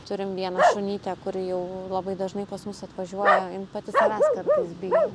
turim vieną šunytę kuri jau labai dažnai pas mus atvažiuoja jin pati savęs kartais bijo